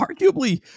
arguably